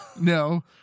No